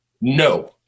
No